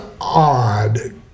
odd